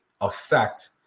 affect